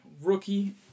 rookie